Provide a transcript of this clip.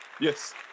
Yes